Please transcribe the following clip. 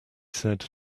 said